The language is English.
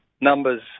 Numbers